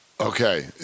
Okay